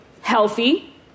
healthy